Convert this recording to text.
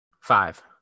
five